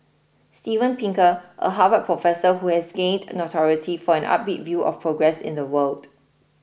Steven Pinker a Harvard professor who has gained notoriety for an upbeat view of progress in the world